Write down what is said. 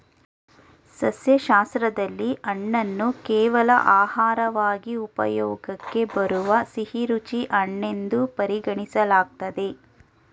ಸಸ್ಯಶಾಸ್ತ್ರದಲ್ಲಿ ಹಣ್ಣನ್ನು ಕೇವಲ ಆಹಾರವಾಗಿ ಉಪಯೋಗಕ್ಕೆ ಬರುವ ಸಿಹಿರುಚಿ ಹಣ್ಣೆನ್ದು ಪರಿಗಣಿಸಲಾಗ್ತದೆ